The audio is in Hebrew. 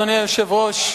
אדוני היושב-ראש,